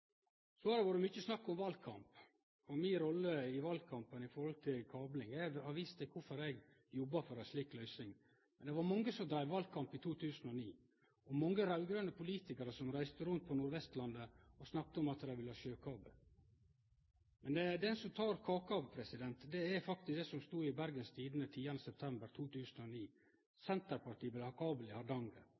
Så har det vore mykje snakk om valkamp og mi rolle i valkampen når det gjeld kablar. Eg har vist til kvifor eg har jobba for ei slik løysing. Men det var mange som dreiv valkamp i 2009, og mange raud-grøne politikarar reiste rundt på Nordvestlandet og snakka om at dei ville ha sjøkabel. Men det som tok kaka, var faktisk det som stod i Bergens Tidende 10. september 2009: «SP vil ha kabel i Hardanger.